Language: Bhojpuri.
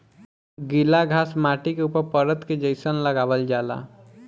गिला घास माटी के ऊपर परत के जइसन लगावल जाला